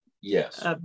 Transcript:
Yes